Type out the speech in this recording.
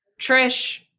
Trish